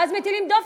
ואז מטילים דופי,